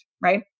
Right